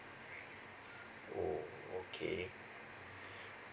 oh okay